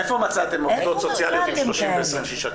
איפה מצאתם עובדות סוציאליות עם 30 ו-26 תיקים?